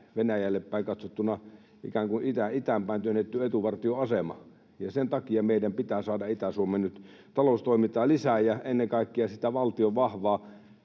Venäjälle päin katsottuna ikään kuin itään päin työnnetty etuvartioasema. Ja sen takia meidän pitää saada Itä-Suomeen nyt taloustoimintaa lisää ja ennen kaikkea sitä valtion vahvaa